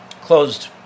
closed